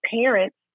parents